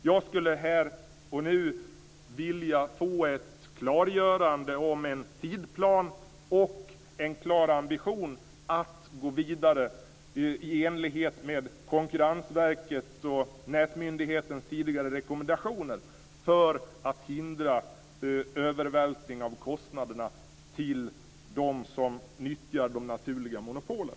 Jag skulle här och nu vilja få ett klargörande om en tidsplan och en klar ambition att gå vidare i enlighet med Konkurrensverkets och nätmyndighetens tidigare rekommendationer för att hindra övervältring av kostnaderna till dem som nyttjar de naturliga monopolen.